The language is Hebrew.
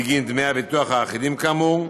בגין דמי הביטוח האחידים כאמור,